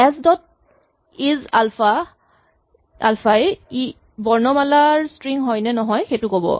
S dot is alpha ই ই বৰ্ণমালাৰ স্ট্ৰিং হয় নে নহয় ক'ব